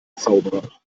zauberer